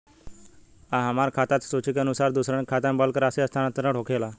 आ हमरा खाता से सूची के अनुसार दूसरन के खाता में बल्क राशि स्थानान्तर होखेला?